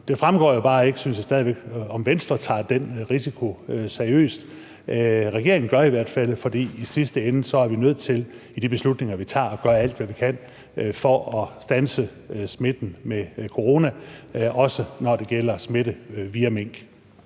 Det fremgår jo bare stadig væk ikke, om Venstre tager den risiko seriøst. Regeringen gør i hvert fald, for i sidste ende er vi i de beslutninger, vi tager, nødt til at gøre alt, hvad vi kan, for at standse smitten med corona, også når det gælder smitte via mink.